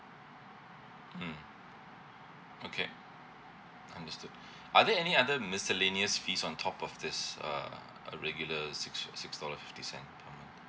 mm okay understood are there any other miscellaneous fees on top of this uh uh regular six six dollar fifty cent per month